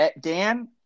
Dan